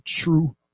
true